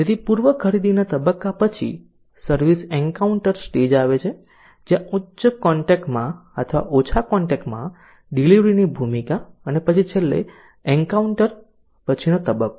તેથી પૂર્વ ખરીદીના તબક્કા પછી સર્વિસ એન્કાઉન્ટર સ્ટેજ આવે છે જ્યાં ઉચ્ચ કોન્ટેક્ટ માં અથવા ઓછા કોન્ટેક્ટ માં ડિલિવરીની ભૂમિકા અને પછી છેલ્લે એન્કાઉન્ટર પછીનો તબક્કો